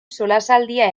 solasaldia